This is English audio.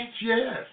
yes